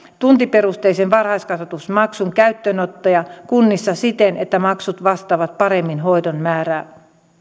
tuntiperusteisen varhaiskasvatusmaksun käyttöönottoa kunnissa siten että maksut vastaavat paremmin hoidon määrää